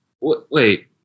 Wait